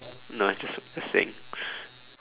no I'm just just saying